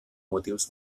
motius